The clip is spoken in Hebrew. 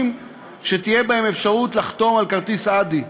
שתהיה בהם אפשרות לחתום על כרטיס "אדי":